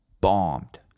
bombed